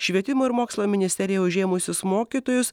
švietimo ir mokslo ministeriją užėmusius mokytojus